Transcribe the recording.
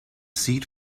seat